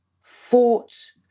fought